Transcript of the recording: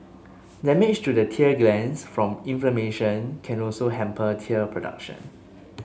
damage to the tear glands from inflammation can also hamper tear production